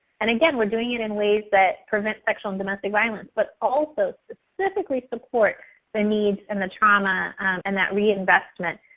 and again, we're doing it in ways that prevent sexual and domestic violence but also specifically support the needs and the trauma and that reinvesment.